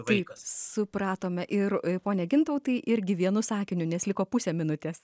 vaikas supratome ir pone gintautai irgi vienu sakiniu nes liko pusę minutės